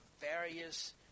various